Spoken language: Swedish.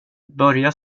börja